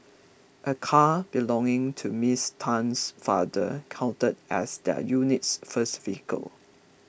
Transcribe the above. a car belonging to Miss Tan's father counted as their unit's first vehicle